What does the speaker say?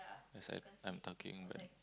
as I I'm talking but